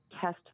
test